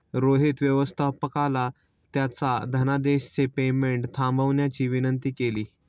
रोहित व्यवस्थापकाला त्याच्या धनादेशचे पेमेंट थांबवण्याची विनंती केली